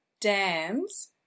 dams